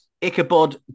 ichabod